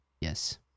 Yes